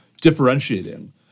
differentiating